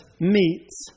meets